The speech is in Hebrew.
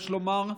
יש לומר,